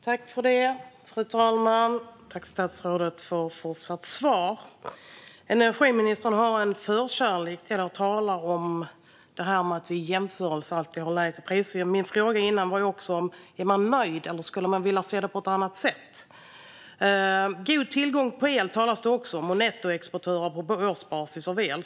Fru talman! Jag tackar statsrådet för fortsatt svar. Energiministern har en förkärlek till att tala om att vi vid jämförelser alltid har lägre priser. Min fråga innan var om man är nöjd eller om man skulle vilja se det på ett annat sätt. Det talas också om god tillgång på el och om nettoexportörer av el på årsbasis.